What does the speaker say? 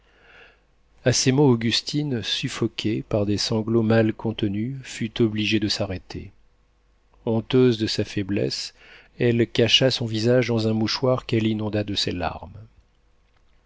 a ces mots augustine suffoquée par des sanglots mal contenus fut obligée de s'arrêter honteuse de sa faiblesse elle cacha son visage dans un mouchoir qu'elle inonda de ses larmes